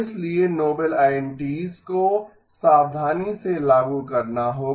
इसलिए novel identities को सावधानी से लागू करना होगा